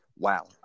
Wow